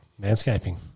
Manscaping